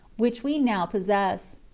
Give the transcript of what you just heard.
which we now possess.